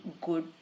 good